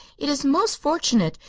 it is most fortunate.